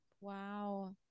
wow